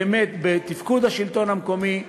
באמת, בתפקוד השלטון המקומי,